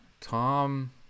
Tom